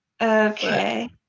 okay